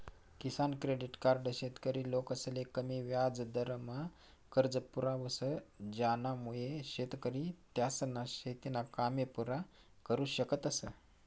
किसान credit card शेतकरी लोकसले कमी याजदरमा कर्ज पुरावस ज्यानामुये शेतकरी त्यासना शेतीना कामे पुरा करु शकतस